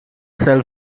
cell